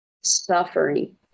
suffering